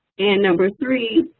and number three,